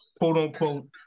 quote-unquote